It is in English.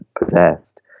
possessed